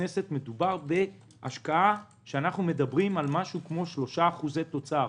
זאת השקעה שאנחנו מדברים על כ-3% תוצר